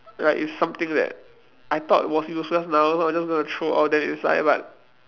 like it's something that I thought was useless now so I'm just going to throw all that inside but